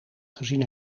gezien